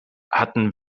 hatten